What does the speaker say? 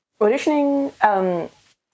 Auditioning